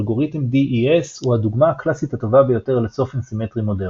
אלגוריתם DES הוא הדוגמה הקלאסית הטובה ביותר לצופן סימטרי מודרני.